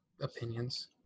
opinions